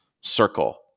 circle